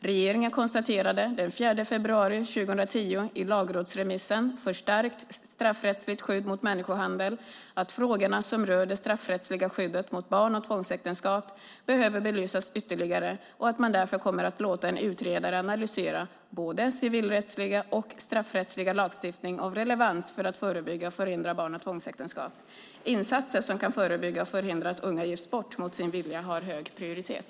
Regeringen konstaterade den 4 februari 2010 i lagrådsremissen Förstärkt straffrättsligt skydd mot människohandel att frågorna som rör det straffrättsliga skyddet mot barn och tvångsäktenskap behöver belysas ytterligare och att man därför kommer att låta en utredare analysera både civilrättslig och straffrättslig lagstiftning av relevans för att förebygga och förhindra barn och tvångsäktenskap. Insatser som kan förebygga och förhindra att unga gifts bort mot sin vilja har hög prioritet.